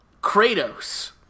Kratos